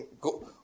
go